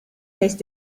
tastes